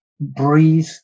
breathe